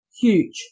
huge